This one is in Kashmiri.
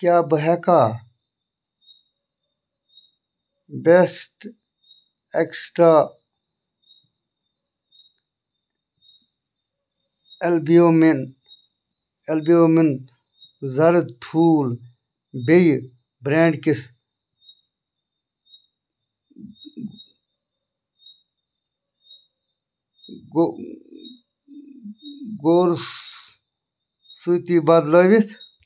کیٛاہ بہٕ ہٮ۪کا بٮ۪سٹ اٮ۪کٕسٹرٛا اٮ۪لبیوٗمِن اٮ۪لبیوٗمِن زَرٕد ٹھوٗل بیٚیہِ برٛینٛڈ کِس گولٕف سۭتی بدلٲوِتھ